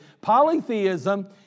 Polytheism